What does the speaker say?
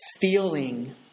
feeling